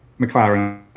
McLaren